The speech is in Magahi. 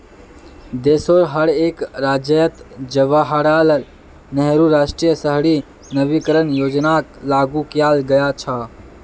देशोंर हर एक राज्यअत जवाहरलाल नेहरू राष्ट्रीय शहरी नवीकरण योजनाक लागू कियाल गया छ